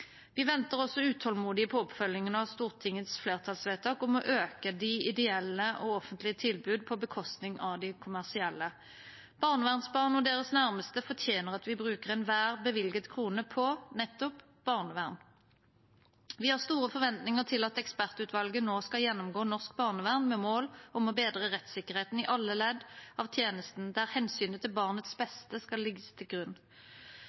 Vi venter også utålmodig på oppfølgingen av Stortingets flertallsvedtak om å øke de ideelle og offentlige tilbud på bekostning av de kommersielle. Barnevernsbarn og deres nærmeste fortjener at vi bruker enhver bevilget krone på nettopp barnevern. Vi har store forventninger til at ekspertutvalget nå skal gjennomgå norsk barnevern med mål om å bedre rettssikkerheten i alle ledd av tjenesten, der hensynet til barnets beste skal ligge til grunn.